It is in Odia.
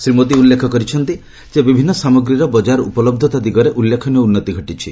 ଶ୍ରୀ ମୋଦି ଉଲ୍ଲେଖ କହିଛନ୍ତି ଯେ ବିଭିନ୍ ସାମଗ୍ରୀର ବଜାର ଉପଲହ୍ଧତା ଦିଗରେ ଉଲ୍ଲେଖନୀୟ ଉନ୍ନତି ଘଟିଛି